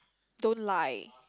don't lie